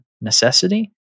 necessity